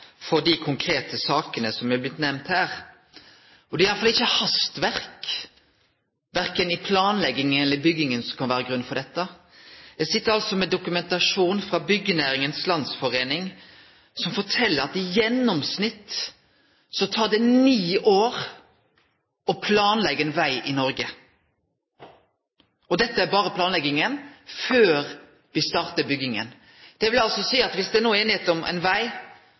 ikkje hastverk, verken i planlegginga eller bygginga, som kan vere grunnen for dette. Eg sit altså med dokumentasjon frå Byggenæringens Landsforening som fortel at i gjennomsnitt tek det ni år å planleggje ein veg i Noreg – og dette er berre planlegginga før vi startar bygginga. Det vil altså seie at om det no er einigheit om ein veg,